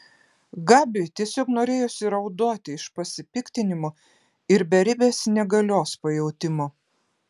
gabiui tiesiog norėjosi raudoti iš pasipiktinimo ir beribės negalios pajautimo